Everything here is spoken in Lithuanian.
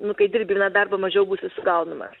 nu kai dirbi ne darbo mažiau būsi sugaunamas